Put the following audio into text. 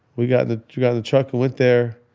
we got the got the truck and went there.